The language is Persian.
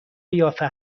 قیافه